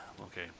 Okay